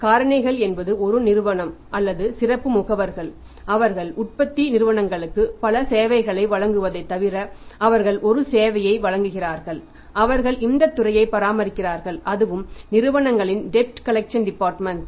காரணிகள் என்பது ஒரு நிறுவனம் அல்லது சிறப்பு முகவர்கள் அவர்கள் உற்பத்தி நிறுவனங்களுக்கு பல சேவைகளை வழங்குவதைத் தவிர அவர்கள் ஒரு சேவையை வழங்குகிறார்கள் அவர்கள் இந்தத் துறையை பராமரிக்கிறார்கள் அதுவும் நிறுவனங்களின் டெட் கலெக்சன் டிபார்ட்மென்ட்